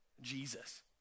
jesus